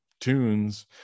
tunes